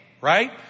right